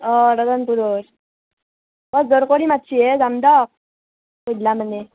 অঁ ৰতনপুৰত বৰ জোৰ কৰি মাতিছেহে যাম দিয়ক গধূলি মানে